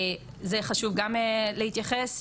זה חשוב גם להתייחס,